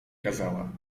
kazała